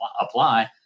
apply